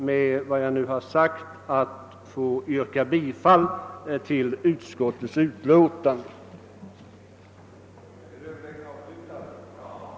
Med det anförda ber jag att få yrka bifall till utskottets hemställan. Som tiden nu var långt framskriden beslöt kammaren på förslag av herr talmannen att uppskjuta behandlingen av återstående på föredragningslistan upptagna ärenden till morgondagens sammanträde.